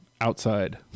Outside